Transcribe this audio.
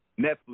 Netflix